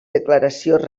declaracions